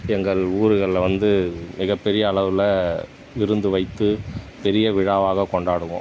எங்கள் ஊர்களில் வந்து மிகப்பெரிய அளவில் விருந்து வைத்து பெரிய விழாவாக கொண்டாடுவோம்